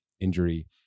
injury